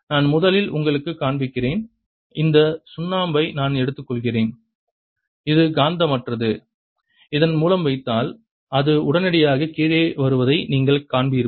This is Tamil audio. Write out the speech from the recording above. நான் முதலில் உங்களுக்குக் காண்பிக்கிறேன் இந்த சுண்ணாம்பை நான் எடுத்துக்கொள்கிறேன் இது காந்தமற்றது இதன் மூலம் வைத்தால் அது உடனடியாக கீழே வருவதை நீங்கள் காண்பீர்கள்